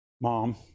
Mom